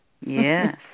Yes